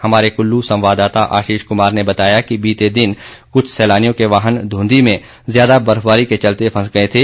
हमारे कुल्लू संवाददता आशीष कुमार ने बताया कि बीते दिन कुछ सैलानियों के वाहन ध्रंधी में ज्यादा बर्फबारी के चलते फंस गए थे